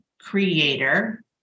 creator